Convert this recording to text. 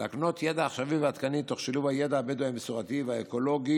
להקנות ידע עכשווי ועדכני תוך שילוב הידע הבדואי המסורתי והאקולוגי,